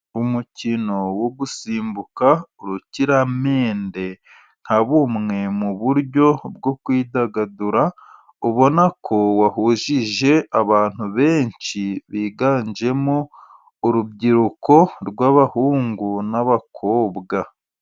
Umukino wo gusimbuka urukiramende, nka bumwe mu buryo bwo kwidagadura ubona ko wahujije abantu benshi, biganjemo urubyiruko rw'abahungu n'abakobwa.